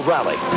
Rally